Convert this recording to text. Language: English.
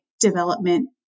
development